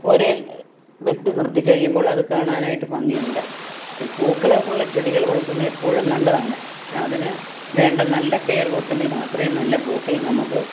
ഒരേ വെട്ടി നിർത്തി കഴിയുമ്പോൾ അത് കാണാനായിട്ട് ഭംഗിയുണ്ട് ഈ പൂക്കളുള്ള ചെടികള് വളർത്തുന്നത് എപ്പോഴും നല്ലതാണ് പക്ഷേ അതിന് വേണ്ട നല്ല കെയറു കൊടുത്തെങ്കിൽ മാത്രമേ നല്ല പൂക്കൾ നമുക്ക്